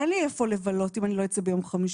אין לי איפה לבלות אם אני לא אצא ביום חמישי.